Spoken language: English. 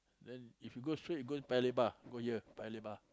then if you go straight you go Paya Lebar go here Paya Lebar